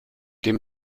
dem